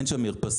אין שם מרפסות,